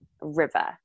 river